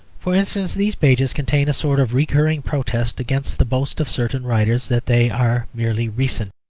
for instance, these pages contain a sort of recurring protest against the boast of certain writers that they are merely recent.